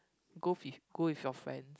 go with go with your friends